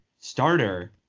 starter